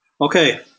Okay